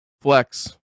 flex